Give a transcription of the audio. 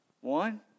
One